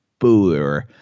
booer